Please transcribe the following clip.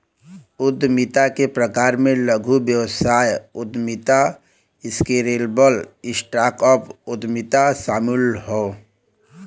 उद्यमिता के प्रकार में लघु व्यवसाय उद्यमिता, स्केलेबल स्टार्टअप उद्यमिता शामिल हौ